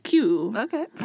Okay